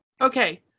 Okay